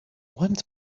want